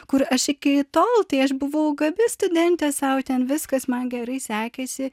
kur aš iki tol tai aš buvau gabi studentė sau ten viskas man gerai sekėsi